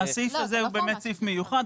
הסעיף הזה הוא באמת סעיף מיוחד,